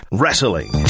wrestling